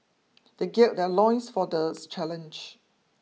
they gird their loins for these challenge